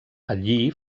allí